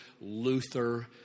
Luther